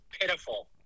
pitiful